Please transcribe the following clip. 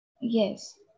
Yes